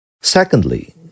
Secondly